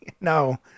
No